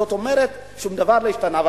זאת אומרת שדבר לא השתנה.